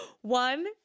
One